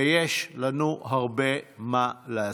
ויש לנו הרבה מה לעשות.